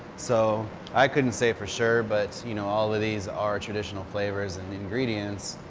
so i couldn't say for sure but you know all of these are traditional flavors and ingredients.